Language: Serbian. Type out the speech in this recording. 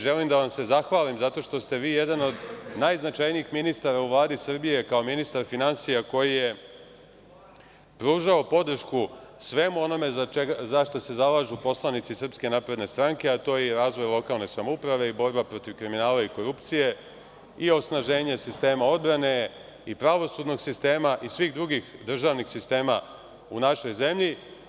Želim da vam se zahvalim zato što ste vi jedan od najznačajnijih ministara u Vladi Srbije, kao ministar finansija koji je pružao podršku svemu onome za šta se zalažu poslanici SNS, a to je i razvoj lokalne samouprave i borba protiv kriminala i korupcije i osnaženje sistema odbrane i pravosudnog sistema i svih drugih državnih sistema u našoj zemlji.